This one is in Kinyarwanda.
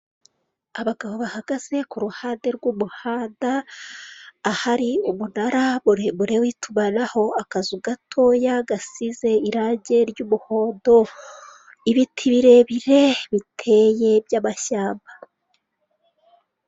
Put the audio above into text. Abagabo bahagaze ku ruhande rw'umuhanda, ahari umunara muremure w'itumanaho, akazu gatoya gasize irange ry'umuhondo, ibiti birebire biteye by'amashyamba.